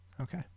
Okay